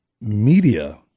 media